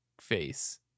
face